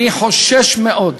אני חושש מאוד.